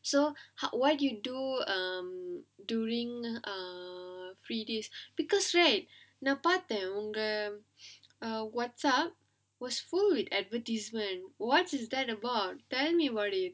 so how why do you do um during um free day because right நான் பாத்தேன் உங்க:naan paathaen unga WhatsApp's was food advertisement what's that about tell me about it